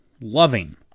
loving